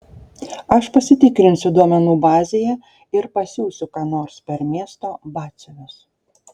aš pasitikrinsiu duomenų bazėje ir pasiųsiu ką nors per miesto batsiuvius